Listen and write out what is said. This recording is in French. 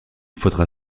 faudra